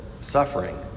suffering